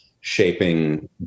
shaping